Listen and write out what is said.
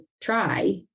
try